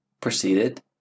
proceeded